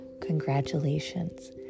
Congratulations